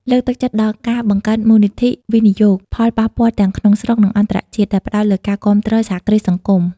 លើកទឹកចិត្តដល់ការបង្កើតមូលនិធិវិនិយោគផលប៉ះពាល់ទាំងក្នុងស្រុក និងអន្តរជាតិ ដែលផ្តោតលើការគាំទ្រសហគ្រាសសង្គម ។